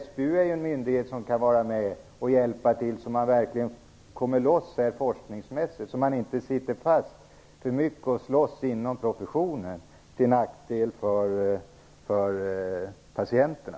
SPU är ju en myndighet som kan vara med och hjälpa till så att man forskningsmässigt verkligen kommer loss och inte sitter fast och slåss inom professionen, till nackdel för patienterna